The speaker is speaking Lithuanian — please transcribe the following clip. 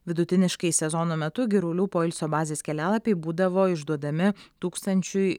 vidutiniškai sezono metu girulių poilsio bazės kelialapiai būdavo išduodami tūkstančiui